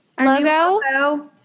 logo